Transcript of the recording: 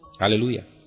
Hallelujah